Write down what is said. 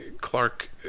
Clark